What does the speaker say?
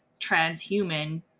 transhuman